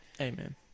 Amen